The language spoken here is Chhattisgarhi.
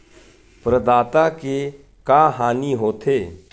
प्रदाता के का हानि हो थे?